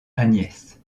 agnès